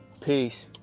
Peace